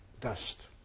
Dust